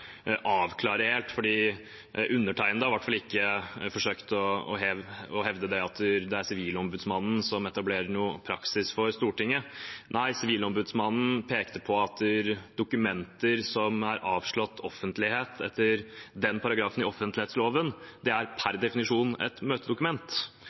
Undertegnede har i hvert fall ikke forsøkt å hevde at Sivilombudsmannen etablerer noen praksis for Stortinget. Sivilombudsmannen pekte på at et dokument som er avslått offentlighet etter den paragrafen i offentlighetsloven, per definisjon er